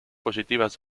positivas